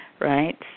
right